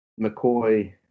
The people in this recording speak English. McCoy